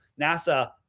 NASA